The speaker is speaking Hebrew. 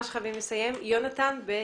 ד"ר יונתן אייקנבאום.